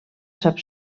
sap